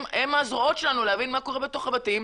הם הזרועות שלנו להבין מה קורה בתוך הבתים.